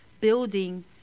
building